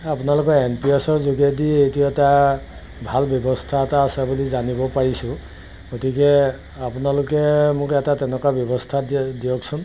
আপোনালোকে N P এছৰ যোগেদি এইটো এটা ভাল ব্যৱস্থা এটা আছে বুলি জানিব পাৰিছোঁ গতিকে আপোনালোকে মোক এটা তেনেকুৱা ব্যৱস্থা দিয় দিয়কচোন